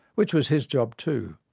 which was his job too.